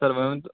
سَر وَنۍ ؤنۍتو